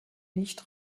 nicht